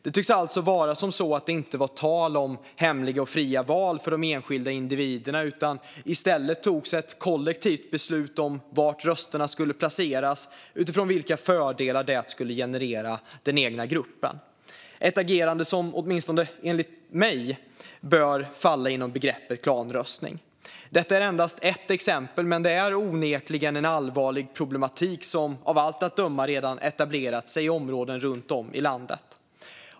Det tycks alltså vara som så att det inte var tal om hemliga och fria val för de enskilda individerna. I stället togs ett kollektivt beslut om var rösterna skulle placeras utifrån vilka fördelar det skulle generera den egna gruppen. Det är ett agerande som åtminstone enligt mig bör falla inom begreppet klanröstning. Detta är endast ett exempel, men det är onekligen en allvarlig problematik som av allt att döma redan etablerat sig i områden runt om i landet.